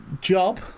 job